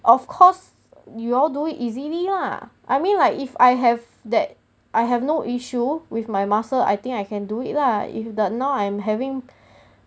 of course you all do it easily lah I mean like if I have that I have no issue with my muscles I think I can do it lah if the now I'm having